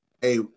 Hey